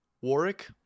Warwick